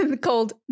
called